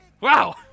Wow